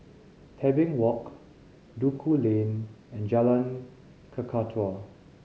Tebing Walk Duku Lane and Jalan Kakatua